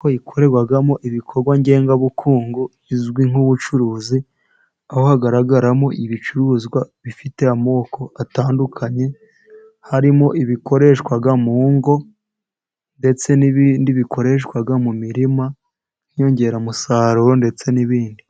Goyiko ikorerwamo ibikorwa ngengabukungu. izwi nk'ubucuruzi, aho hagaragaramo ibicuruzwa bifite amoko atandukanye, harimo ibikoreshwa mu ngo, ndetse n'ibindi bikoreshwa mu mirima nk'inyongeramusaruro, ndetse n'ibindi.